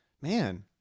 Man